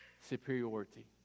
superiority